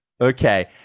Okay